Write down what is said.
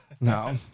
No